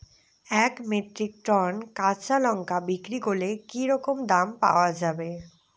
এক metric ton কাঁচা লঙ্কা বিক্রি করলে কি রকম দাম পাওয়া যাবে?